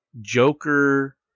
Joker